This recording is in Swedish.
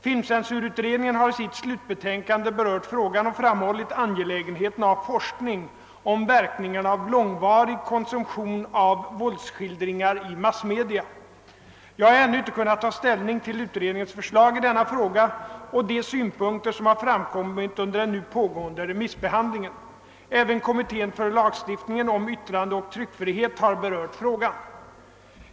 Filmcensurutredningen har i sitt slutbetänkande berört frågan och framhållit angelägenheten av forskning om verkningarna av långvarig konsumtion av våldsskildringar i massmedia. Jag har ännu inte kunnat ta ställning till utredningens förslag i denna fråga och de synpunkter som har framkommit under den nu pågående remissbehandlingen. Även kommittén för lagstiftningen om yttrandeoch tryckfrihet har berört frågan.